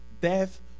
Death